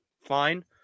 fine